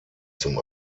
zum